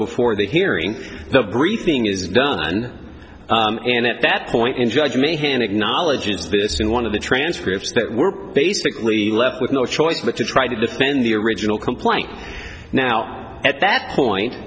before the hearing the briefing is done and at that point in judge may hand acknowledges this in one of the transcripts that were basically left with no choice but to try to defend the original complaint now at that point